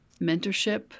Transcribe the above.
mentorship